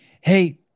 Hey